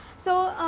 so,